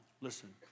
listen